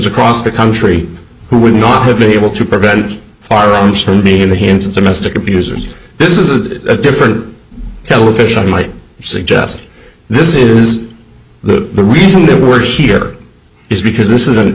across the country who would not have been able to prevent firearms from being in the hands of domestic abusers this is a different kettle of fish i might suggest this is the reason they were here is because this is a